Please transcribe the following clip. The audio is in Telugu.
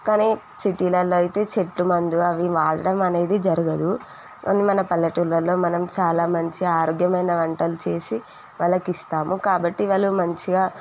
కానీ సిటీలల్లో అయితే చెట్లు మందు అవి ఇవి వాడడం అనేది జరగదు కానీ మన పల్లెటూళ్ళల్లో మనం చాలా మంచి ఆరోగ్యమైన వంటలు చేసి వాళ్ళకి ఇస్తాము కాబట్టి వాళ్ళు మంచిగా